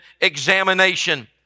examination